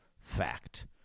fact